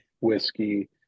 whiskey